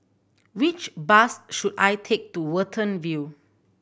which bus should I take to Watten View